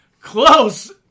Close